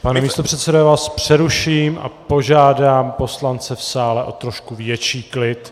Pane místopředsedo, já vás přeruším a požádám poslance v sále o trošku větší klid.